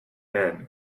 men